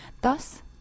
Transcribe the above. Thus